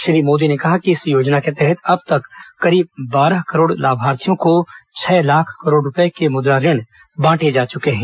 श्री मोदी ने कहा कि इस योजना के तहत अब तक करीब बारह करोड़ लाभार्थियों को छह लाख करोड़ रूपये के मुद्रा ऋण बांटे जा चुके हैं